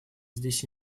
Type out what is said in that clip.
здесь